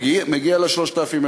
מגיע ל-3,000,